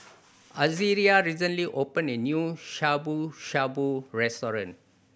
Azaria recently opened a new Shabu Shabu Restaurant